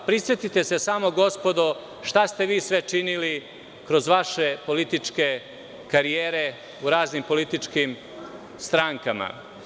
Prisetite se samo, gospodo, šta ste vi sve činili kroz vaše političke karijere u raznim političkim strankama.